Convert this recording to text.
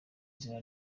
izina